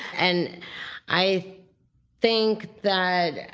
and i think that